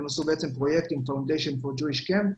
הם עשו פרויקטים למחנות קיץ,